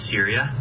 Syria